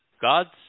God's